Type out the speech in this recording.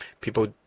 people